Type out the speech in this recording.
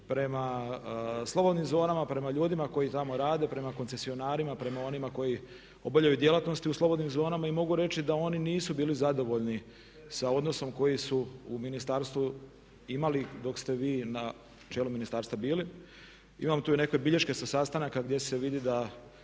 prema slobodnim zonama, prema ljudima koji tamo rade, prema koncesionarima, prema onima koji obavljaju djelatnosti u slobodnim zonama. I mogu reći da oni nisu bili zadovoljni sa odnosom koji su u ministarstvu imali dok ste vi na čelu ministarstva bili. Imam tu i neke bilješke sa sastanaka gdje se vidi da